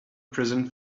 present